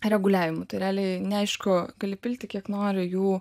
reguliavimų tai realiai neaišku gali pilti kiek nori jų